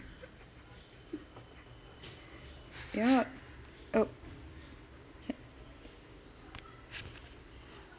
yup oh